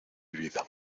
vida